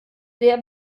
sehr